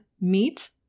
meat